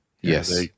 Yes